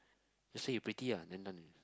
just say you pretty ah then done already